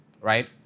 Right